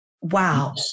Wow